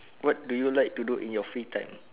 what do you like to do in your free time